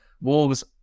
Wolves